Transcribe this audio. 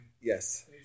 Yes